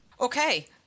Okay